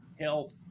health